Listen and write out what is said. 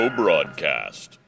broadcast